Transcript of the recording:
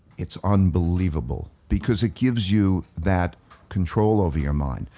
it's unbelievable because it gives you that control over your mind.